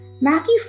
Matthew